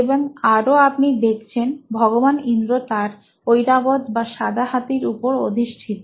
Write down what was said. এবং আরও আপনি দেখছেন ভগবান ইন্দ্র তার ঐরাবত বা সাদা হাতির উপর অধিষ্ঠিত